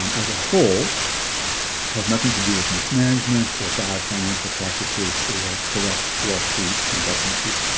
um as a whole has nothing to do with mismanagement or bad financial practices or corrupt wall street investment people,